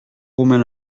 romain